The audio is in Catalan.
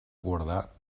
guardar